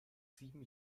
sieben